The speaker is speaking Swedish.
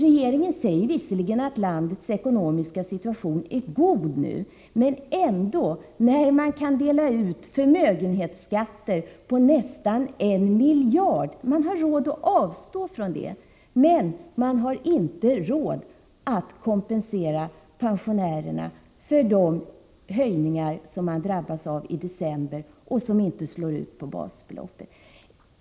Regeringen säger visserligen att landets ekonomiska situation är god nu. Men det är ju så att man har råd att avstå från förmögenhetsskatter på nästan en miljard men inte har råd att kompensera pensionärerna för de höjningar som de drabbas av i december som inte ger utslag i basbeloppet.